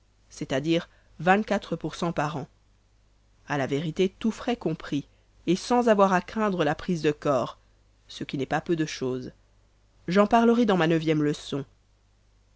c'est-à-dire pour par an à la vérité tous frais compris et sans avoir à craindre la prise de corps ce qui n'est pas peu de chose j'en parlerai dans ma neuvième leçon